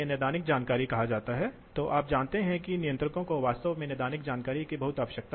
अब देखते हैं कि क्या होता है इसलिए हमें इस ऑपरेटिंग पॉइंट को हर समय सही रखने की आवश्यकता है